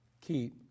keep